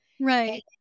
Right